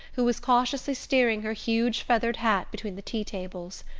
who was cautiously steering her huge feathered hat between the tea-tables.